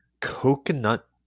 coconut